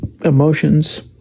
emotions